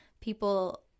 people